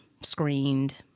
screened